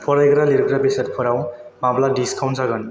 फरायग्रा लिरग्रा बेसादफोराव माब्ला डिसकाउन्ट जागोन